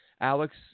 Alex